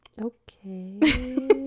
Okay